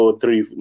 three